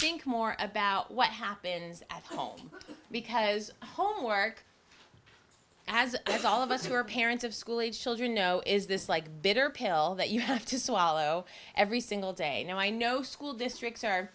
think more about what happens at home because homework as if all of us who are parents of school age children know is this like a bitter pill that you have to swallow every single day and i know school districts are